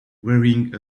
wearing